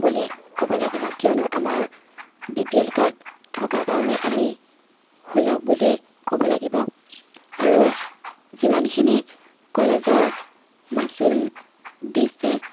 বুলিয়ে ক'ব লাগিব কিয়নো আমাৰ বি পি এল কাৰ্ড থকাৰ কাৰণে আমি সুলভ বুলিয়েই ক'ব লাগিব আৰু যিমানখিনি কলেজৰ মাচুল দিছে